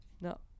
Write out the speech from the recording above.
No